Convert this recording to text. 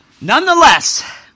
Nonetheless